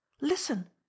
Listen